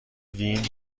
وین